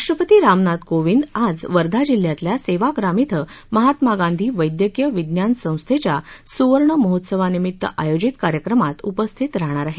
राष्ट्रपती रामनाथ कोविंद आज वर्धा जिल्ह्यातल्या सेवाग्राम क्रि महात्मा गांधी वैद्यकीय विज्ञान संस्थेच्या सुर्वणमहोत्सवानिमित्त आयोजित कार्यक्रमात उपस्थित राहणार आहेत